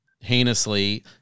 heinously